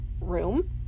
room